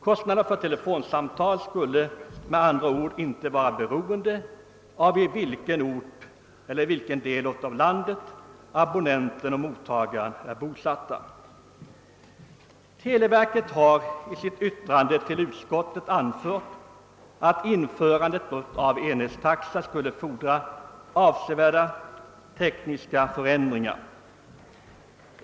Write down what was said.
Kostnaderna för telefonsamtal skulle med andra ord inte vara beroende av i vilken del av landet abonnenten och samtalsmottagaren är bosatta. Televerket har i sitt yttrande till utskottet framhållit att införandet av enhetstaxa skulle fordra avsevärda tekniska förändringar.